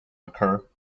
occur